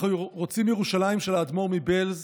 אנחנו רוצים ירושלים של האדמו"ר מבעלז